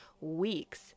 weeks